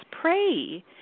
pray